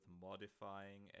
modifying